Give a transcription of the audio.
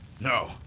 No